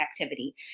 activity